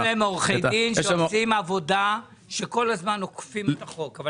יש להם עורכי דין שעושים עבודה וכל הזמן עוקפים את החוק.